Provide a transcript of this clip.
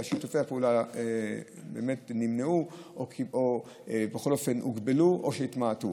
ושיתופי הפעולה נמנעו או הוגבלו או התמעטו.